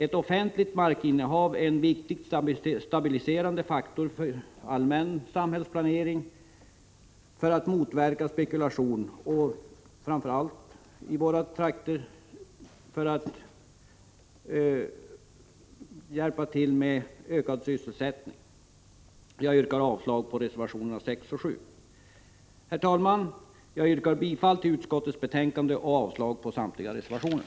Ett offentligt markinnehav är en viktig stabiliserande faktor för allmän samhällsplanering, för att motverka spekulation och framför allt, inte minst i skogslänen, för att medverka till ökad sysselsättning. Jag yrkar således avslag på reservationerna 6 och 7. Herr talman! Jag yrkar bifall till utskottets hemställan och således avslag på samtliga reservationer.